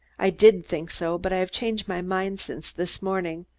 i did think so, but i have changed my mind since this morning.